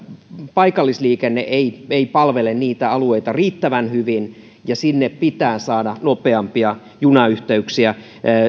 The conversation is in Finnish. paikallisliikenne ei palvele niitä alueita riittävän hyvin ja sinne pitää saada nopeampia junayhteyksiä